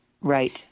Right